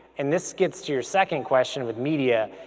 and this gets to your second question with media,